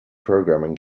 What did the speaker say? programming